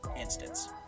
instance